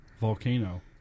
Volcano